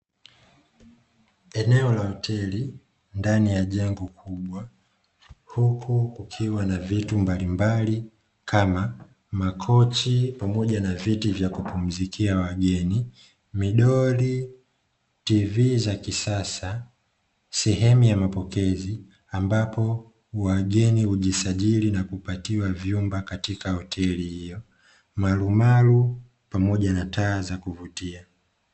Eneo la hoteli ndani ya jengo kubwa huku kukiwa na vitu mbalimbali kama makochi pamoja na viti vya kupumzikia wageni, midoli, tivi za kisasa, sehemu ya mapokezi ambapo wageni hujisajili na kupatiwa vyumba katika hoteli hiyo, malumalu pamoja na taa za kuvutia.